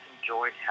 enjoyed